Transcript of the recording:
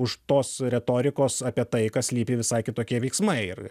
už tos retorikos apie tai kas slypi visai kitokie veiksmai ir